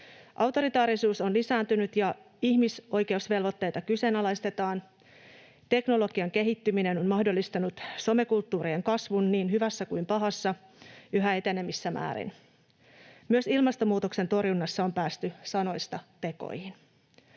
Autoritaarisuus on lisääntynyt ja ihmisoikeusvelvoitteita kyseenalaistetaan, teknologian kehittyminen on mahdollistanut somekulttuurien kasvun niin hyvässä kuin pahassa yhä enenevissä määrin, ja myös ilmastonmuutoksen torjunnassa on päästy sanoista tekoihin.